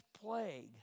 plague